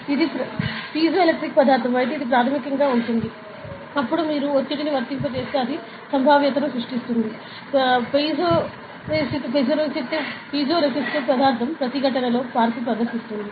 ఇది పైజోఎలెక్ట్రిక్ పదార్థం అయితే ఇది ప్రాథమికంగా ఉంటుంది అప్పుడు మీరు ఒత్తిడిని వర్తింపజేస్తే అది సంభావ్యతను సృష్టిస్తుంది పైజోరేసిటివ్ పదార్థం ప్రతిఘటనలో మార్పును ప్రదర్శిస్తుంది